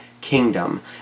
kingdom